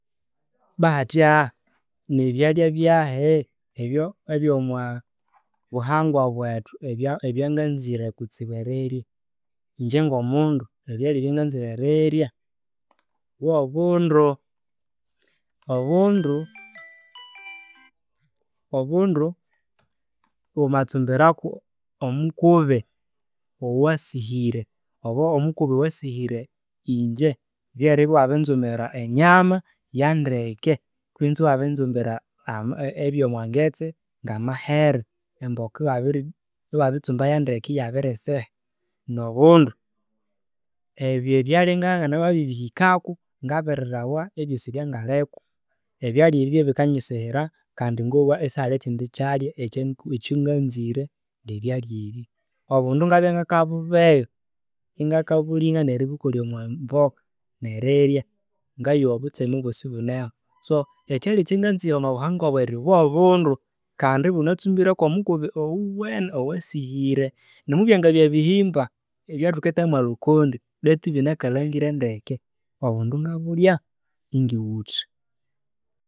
Bwahathya, nibyalya byahi ebyo ebyomwa buhangwa bwethu ebyanganzire kutsibu erirya? Ingye ngo’mundu, ebyalhya ebya nganzire eirirya bwo obundu. Obundu obundu wamatsumbira kwo mukubi owa sihire obo omukubi owasihire ingye, ryeribya iwabirinzumbira enyama ya ndeke kwinzi iwabiri nzumbira ngebya mwangetse nga mahere emboka iwa- emboka iwabiritsumbayo ndeke iya birisiha no bundu. Ebyo byalhya ngabya namabiribihikako, ngabirirawa ebyosi ebyangaliko. Ebyalya ebi byabikanyisihira kandi ngayowa sihali ekindi kyalhya ekya ngazire nge byalhya ebi. Obundu ngabya ngakabubegha ingakabulinga neribukolhya omwa mboka nerirya, ngayowa obutseme bosi ibuneho. So ekyalhya ekya nganzire omwa buhangwa bwayi bwo bundu kandi ibanatsumbirwe kwo mukubi owuwene owa- owasihire. Nomubyangabya bihimba ebyathukithamo'lukondi beitu ibinakalhangire ndeke, obundu ngabulhya, ingighutha.